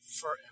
forever